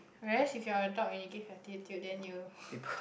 whereas if you are a dog and you give attitude and then you